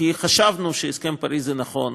כי חשבנו שהסכם פריז הוא נכון,